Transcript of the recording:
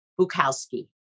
Bukowski